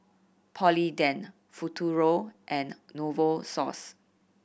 Polident Futuro and Novosource